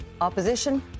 opposition